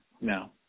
No